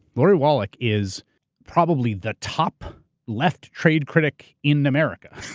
lori wallach is probably the top left trade critic in america,